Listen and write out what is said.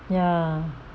ya